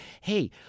hey